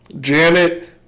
Janet